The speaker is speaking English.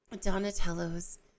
Donatello's